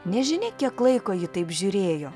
nežinia kiek laiko ji taip žiūrėjo